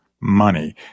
money